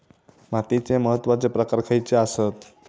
मातीचे महत्वाचे प्रकार खयचे आसत?